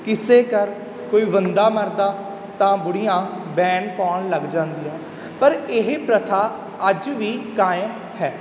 ਕਿਸੇ ਘਰ ਕੋਈ ਬੰਦਾ ਮਰਦਾ ਤਾਂ ਬੁੜੀਆਂ ਵੈਣ ਪਾਉਣ ਲੱਗ ਜਾਂਦੀਆਂ ਪਰ ਇਹ ਪ੍ਰਥਾ ਅੱਜ ਵੀ ਕਾਇਮ ਹੈ